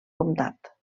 comtat